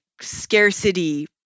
scarcity